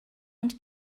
und